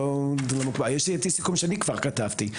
יש לי סיכום שאני כבר כתבתי,